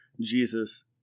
Jesus